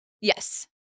Yes